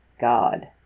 God